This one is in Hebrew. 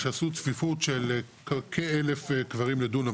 כשעשו צפיפות של כ-1,000 קברים לדונם,